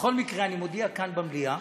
בכל מקרה, אני מודיע כאן במליאה